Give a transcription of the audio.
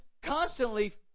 Constantly